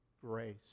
grace